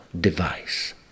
device